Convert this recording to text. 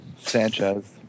Sanchez